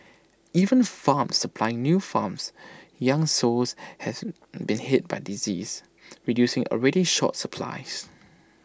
even farms supplying new farms young sows has been hit by disease reducing already short supplies